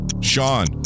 Sean